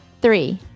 three